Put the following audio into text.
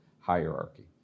hierarchy